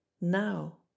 now